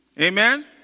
amen